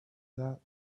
that